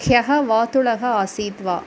ह्यः वातुलः आसीत् वा